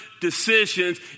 decisions